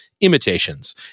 imitations